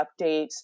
updates